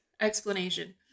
explanation